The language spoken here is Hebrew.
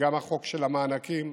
וגם החוק של המענקים,